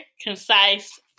concise